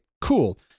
Cool